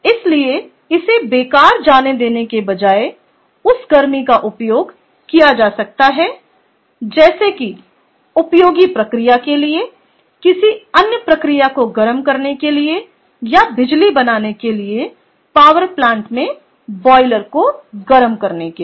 इसलिए इसे बेकार जाने देने के बजाय उस गर्मी का उपयोग किया जा सकता है जैसे किसी उपयोगी प्रक्रिया के लिए किसी अन्य प्रक्रिया को गर्म करने के लिए या बिजली बनाने के लिए पावर प्लांट में बॉयलर को गर्म करने के लिए